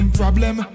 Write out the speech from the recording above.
problem